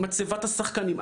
מצבת השחקנים,